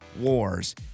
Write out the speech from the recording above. Wars